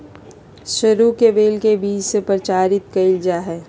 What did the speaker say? सरू के बेल के बीज से प्रचारित कइल जा हइ